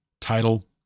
title